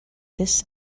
this